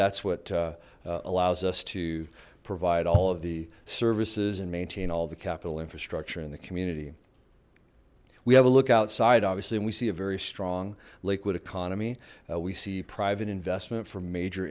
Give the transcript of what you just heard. that's what allows us to provide all of the services and maintain all the capital infrastructure in the community we have a look outside obviously and we see a very strong liquid economy we see private investment from major